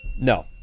no